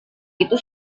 itu